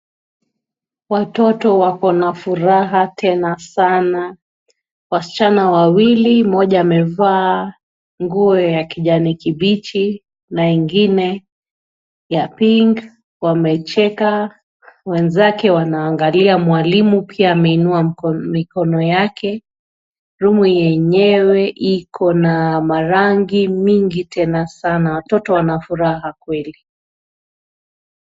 Watoto wako na furaha tena sana. Wasichana wawili, mmoja amevaa nguo ya kijani kibichi na ingine ya pink, wamecheka. Wenzake wanaangalia mwalimu, pia ameinua mikono yake. Rumu yenyewe iko na marangi mingi tena sana. Watoto wana furaha kweli.